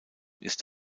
ist